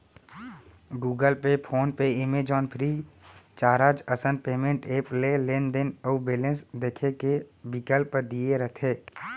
Google Pay, PhonePe, Amazon, Freecharge असन payment app ले लेनदेन अउ बेलेंस देखे के बिकल्प दिये रथे